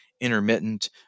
intermittent